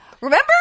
Remember